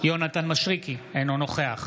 יונתן מישרקי, אינו נוכח